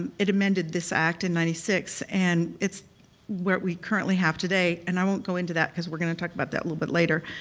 um it amended this act in ninety six, and it's what we currently have today, and i won't go into that cause we're gonna talk about that a little bit later.